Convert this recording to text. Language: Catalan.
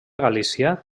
galícia